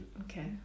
Okay